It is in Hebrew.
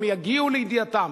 הם יגיעו לידיעתם.